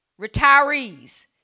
retirees